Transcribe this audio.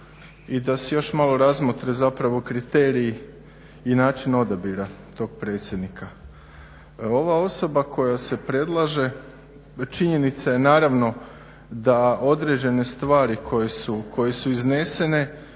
i da se još malo razmotre zapravo kriteriji i način odabira tog predsjednika. Ova osoba koja se predlaže činjenica je naravno da određene stvari koje su iznesene